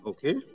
Okay